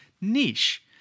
niche